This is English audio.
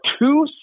two